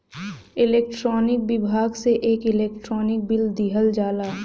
electronic विभाग से एक इलेक्ट्रानिक बिल दिहल जाला